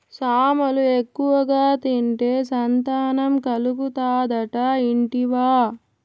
సామలు ఎక్కువగా తింటే సంతానం కలుగుతాదట ఇంటివా